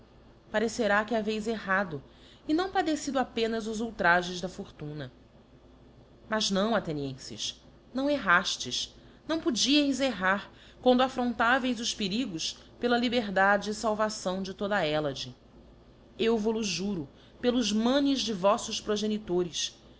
parecerá que haveis errado e não padecido apenas os ultrajes da fortuna mas não athenienfes não erraftes não podieis errar quando affrontaveis os perigos pela liberdade e falvação de toda a hellade eu vol-o juro pelos manes de voflbs progenitores